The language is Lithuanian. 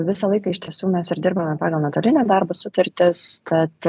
visą laiką iš tiesų mes ir dirbame pagal nuotolinio darbo sutartis tad